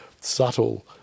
subtle